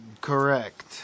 Correct